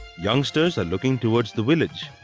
youngsters are looking towards the village.